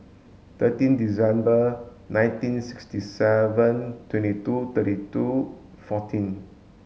thirteen December nineteen sixty seven twenty two thirty two fourteen